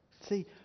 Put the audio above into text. See